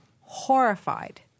horrified